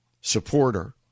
supporter